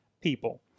people